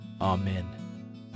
Amen